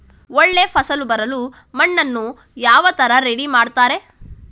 ಒಳ್ಳೆ ಫಸಲು ಬರಲು ಮಣ್ಣನ್ನು ಯಾವ ತರ ರೆಡಿ ಮಾಡ್ತಾರೆ?